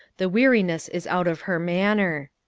the weariness is out of her manner.